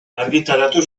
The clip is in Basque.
argitaratu